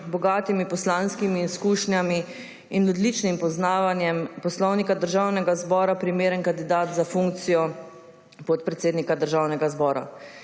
bogatimi poslanskim izkušnjami in odličnim poznavanjem Poslovnika Državnega zbora primeren kandidat za funkcijo podpredsednika Državnega zbora.